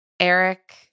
Eric